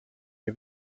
nie